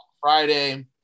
Friday